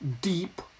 deep